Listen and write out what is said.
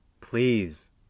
please